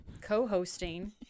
co-hosting